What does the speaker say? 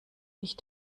dich